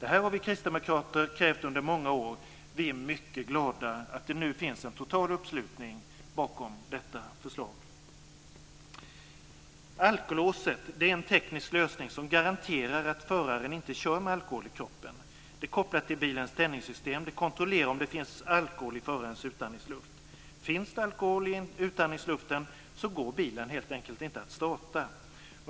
Detta har vi kristdemokrater krävt under många år, och vi är mycket glada att det nu finns en total uppslutning bakom vårt förslag. Alkolåset är en teknisk lösning som garanterar att föraren inte kör med alkohol i kroppen. Det är kopplat till bilens tändningssystem, och det kontrollerar om det finns alkohol i förarens utandningsluft. Finns det alkohol i utandningsluften går bilen helt enkelt inte att starta.